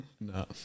No